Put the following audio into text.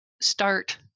start